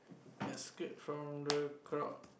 escape from the crowd